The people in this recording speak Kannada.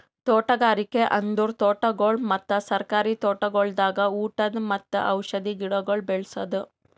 ತೋಟಗಾರಿಕೆ ಅಂದುರ್ ತೋಟಗೊಳ್ ಮತ್ತ ಸರ್ಕಾರಿ ತೋಟಗೊಳ್ದಾಗ್ ಉಟದ್ ಮತ್ತ ಔಷಧಿ ಗಿಡಗೊಳ್ ಬೇಳಸದ್